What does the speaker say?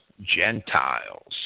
Gentiles